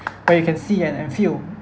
but you can see and and feel